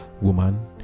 woman